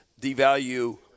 devalue